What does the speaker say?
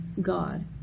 God